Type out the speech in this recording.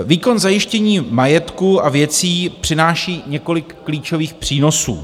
Výkon zajištění majetku a věcí přináší několik klíčových přínosů.